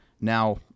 now